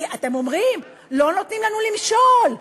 כי אתם אומרים: לא נותנים לנו למשול,